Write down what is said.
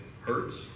hurts